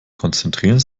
konzentrieren